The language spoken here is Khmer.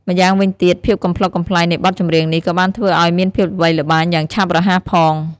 ម្យ៉ាងវិញទៀត ភាពកំប្លុកកំប្លែងនៃបទចំរៀងនេះក៏បានធ្វើឱ្យមានភាពល្បីល្បាញយ៉ាងឆាប់រហ័សផង។